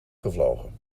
gevlogen